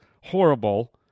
horrible